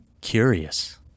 curious